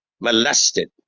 molested